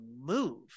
move